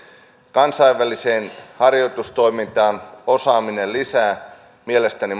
kansainväliseen harjoitustoimintaan osallistuminen lisää mielestäni